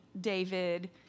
David